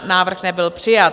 Návrh nebyl přijat.